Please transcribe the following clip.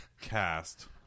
Cast